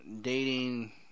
dating